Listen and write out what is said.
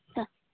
हा